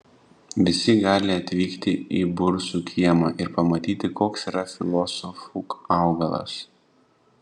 visi gali atvykti į bursų kiemą ir pamatyti koks yra filosofų augalas